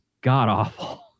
god-awful